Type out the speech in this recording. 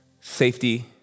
safety